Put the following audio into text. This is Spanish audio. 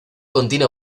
contiene